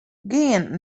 gean